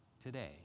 today